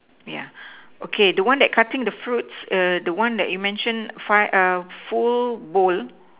yeah okay the one that cutting the fruit the one that you mention five full bowl